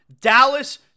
Dallas